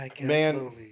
Man